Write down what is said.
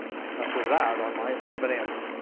i tested it out on my old bonanza.